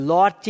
Lord